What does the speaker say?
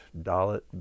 Dalit